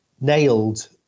nailed